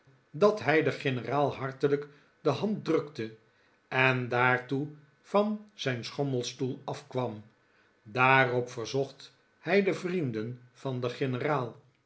dat hij den generaal hartelijk de hand drukte en daartoe van zijn schommelstoel afkwam daarop verzocht hij de vrienden van den